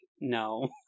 no